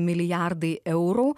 milijardai eurų